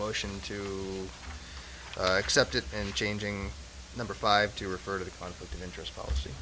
motion to accept it and changing number five to refer to the conflict of interest policy